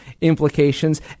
implications